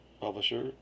publisher